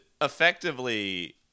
effectively